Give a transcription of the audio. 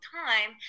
time